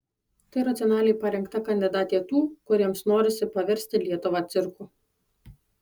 tai racionaliai parinkta kandidatė tų kuriems norisi paversti lietuvą cirku